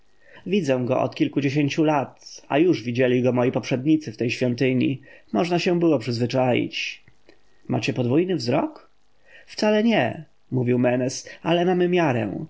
widzę go od kilkudziesięciu lat a już widzieli go moi poprzednicy w tej świątyni można się było przyzwyczaić macie podwójny wzrok wcale nie wówiłmówił menes ale mamy miarę